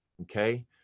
okay